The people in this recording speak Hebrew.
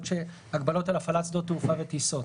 על הגבלת שדות תעופה וטיסות,